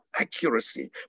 accuracy